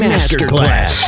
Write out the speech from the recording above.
Masterclass